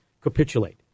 capitulate